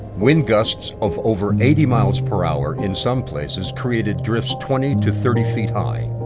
wind gusts of over eighty miles per hour, in some places, created drifts twenty to thirty feet high,